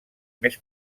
més